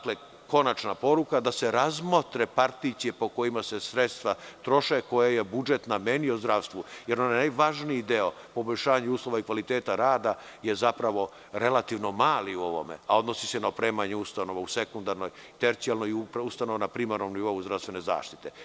Konačno poruka je da se razmotre particije po kojima se sredstva troše, koja je budžet namenio zdravstvu, jer onaj najvažniji deo poboljšavanja uslova i kvaliteta rada je relativno mali u ovome, a odnosi se na opremanje ustanova u sekundarnoj, tercijarnoj i ustanova na primarnom nivou zdravstvene zaštite.